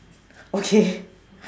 okay